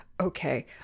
okay